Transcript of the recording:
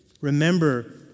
Remember